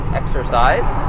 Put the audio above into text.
exercise